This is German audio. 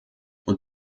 und